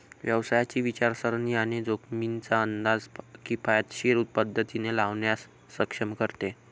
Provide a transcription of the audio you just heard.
व्यवसायाची विचारसरणी आणि जोखमींचा अंदाज किफायतशीर पद्धतीने लावण्यास सक्षम करते